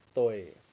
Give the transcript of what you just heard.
对